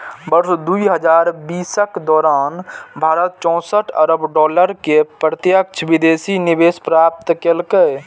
वर्ष दू हजार बीसक दौरान भारत चौंसठ अरब डॉलर के प्रत्यक्ष विदेशी निवेश प्राप्त केलकै